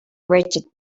rigid